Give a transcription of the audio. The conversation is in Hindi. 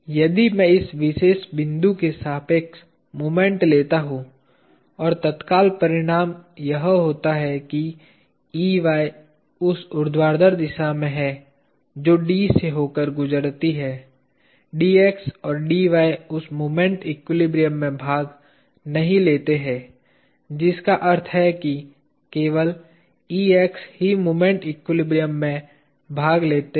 यदि मैं इस विशेष बिंदु के सापेक्ष मोमेंट लेता हूं और तत्काल परिणाम यह होता है कि Ey उस ऊर्ध्वाधर दिशा में है जो D से होकर गुजरती है Dx और Dy उस मोमेंट एक्विलिब्रियम में भाग नहीं लेते हैं जिसका अर्थ है कि केवल Ex ही मोमेंट एक्विलिब्रियम में भाग लेता है